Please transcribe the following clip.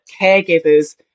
caregivers